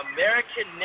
American